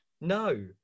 No